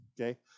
Okay